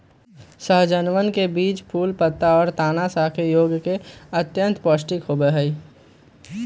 सहजनवन के बीज, फूल, पत्ता, और तना खाय योग्य और अत्यंत पौष्टिक होबा हई